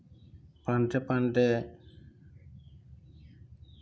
প্ৰান্তে প্ৰান্তে